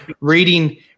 reading